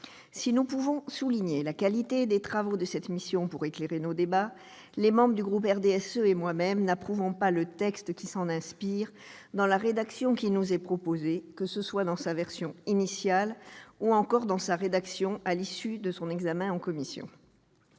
Si nous pouvons souligner la qualité des travaux de cette mission pour éclairer nos débats, les membres du groupe du RDSE et moi-même n'approuvons pas le texte qui s'en inspire, que ce soit dans sa version initiale ou dans sa rédaction issue de son examen en commission.